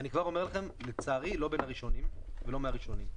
אני כבר אומר לכם שלצערי לא בין הראשונים ולא מהראשונים.